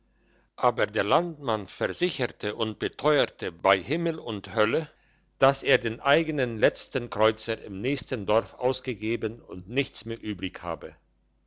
aber der landmann versicherte und beteuerte bei himmel und hölle dass er den eigenen letzten kreuzer im nächsten dorfe ausgegeben und nichts mehr übrig habe